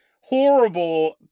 horrible